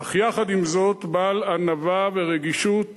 אך יחד עם זאת בעל ענווה ורגישות,